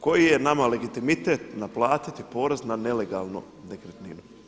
Koji je nama legitimitet naplatiti porez na nelegalnu nekretninu?